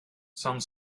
some